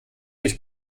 dich